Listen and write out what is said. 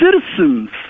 citizens